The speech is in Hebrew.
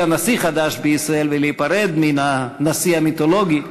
נשיא חדש בישראל ולהיפרד מן הנשיא המיתולוגי.